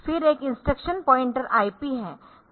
फिर एक instruction pointer IP है